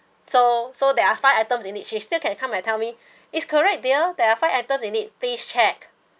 so so there are five items it needs shipped she still can come and tell me is correct dear there are five you need please check